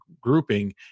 grouping